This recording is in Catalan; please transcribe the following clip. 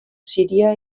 síria